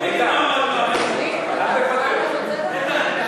ולכן, הלוואי שזה יהיה 3% עם הגז.